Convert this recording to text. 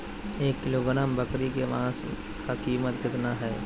एक किलोग्राम बकरी के मांस का कीमत कितना है?